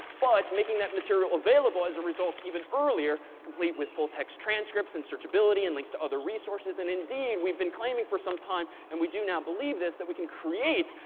but making that material available, as a result, even earlier complete with full text transcripts and searchability and links to other resources. and indeed, we've been claiming for some time and we do now believe this, that we can create,